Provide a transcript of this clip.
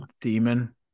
demon